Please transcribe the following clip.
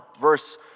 verse